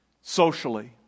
socially